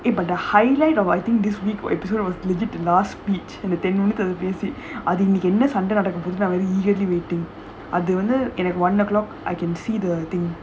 eh but the highlight of I think this week episode the last beach அது இன்னைக்கு என்ன சண்ட நடக்கபோகுதுனு:adhu innaiku enna sanda nadakka poguthunu eagerly waiting at one O'clock I can see the thing